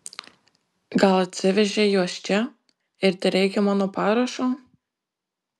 gal atsivežei juos čia ir tereikia mano parašo